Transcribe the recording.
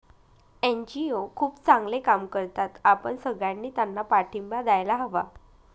NGO खूप चांगले काम करतात, आपण सगळ्यांनी त्यांना पाठिंबा द्यायला हवा